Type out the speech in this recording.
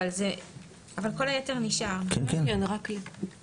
אם הוא רושם את הנושא של יוצר עד לאותו מועד,